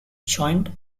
joint